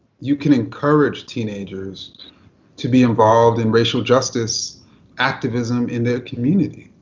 you can encourage teenagers to be involved in racial justice activism in their community.